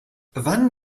wann